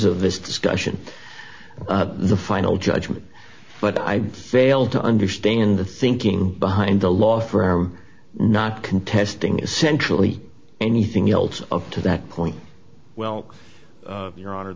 of this discussion the final judgment but i fail to understand the thinking behind the law firm not contesting essentially anything else up to that point well your honor